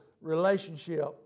relationship